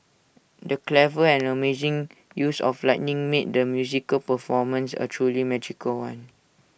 the clever and amazing use of lighting made the musical performance A truly magical one